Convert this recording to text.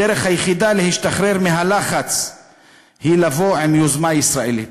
הדרך היחידה להשתחרר מהלחץ היא לבוא עם יוזמה ישראלית.